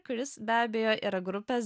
kuris be abejo yra grupės